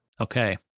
Okay